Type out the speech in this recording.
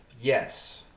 Yes